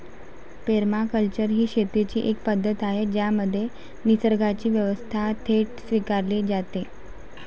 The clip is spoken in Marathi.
पेरमाकल्चर ही शेतीची एक पद्धत आहे ज्यामध्ये निसर्गाची व्यवस्था थेट स्वीकारली जाते